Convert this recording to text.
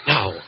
Now